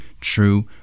true